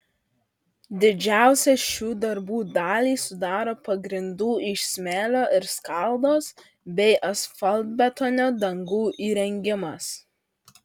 didžiausią šių darbų dalį sudaro pagrindų iš smėlio ir skaldos bei asfaltbetonio dangų įrengimas